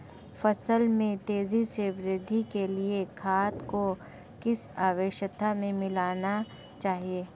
फसल में तेज़ी से वृद्धि के लिए खाद को किस अवस्था में मिलाना चाहिए?